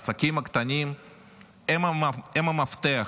העסקים הקטנים הם המפתח.